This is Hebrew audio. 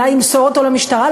אולי ימסור אותו למשטרה?